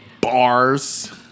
Bars